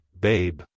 babe